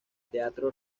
teatro